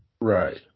Right